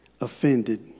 offended